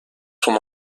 son